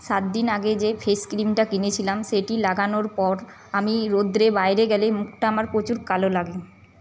সাতদিন আগে যে ফেসক্রিমটা কিনেছিলাম সেটি লাগানোর পর আমি রৌদ্রে বাইরে গেলে মুখটা আমার প্রচুর কালো লাগে